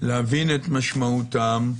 להבין את משמעותם,